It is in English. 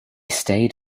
stayed